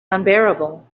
unbearable